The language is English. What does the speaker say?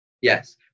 Yes